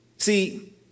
See